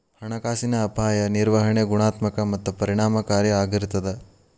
ಹಣಕಾಸಿನ ಅಪಾಯ ನಿರ್ವಹಣೆ ಗುಣಾತ್ಮಕ ಮತ್ತ ಪರಿಣಾಮಕಾರಿ ಆಗಿರ್ತದ